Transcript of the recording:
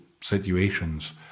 situations